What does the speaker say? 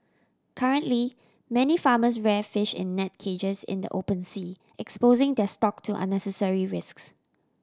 currently many farmers rear fish in net cages in the open sea exposing their stock to unnecessary risks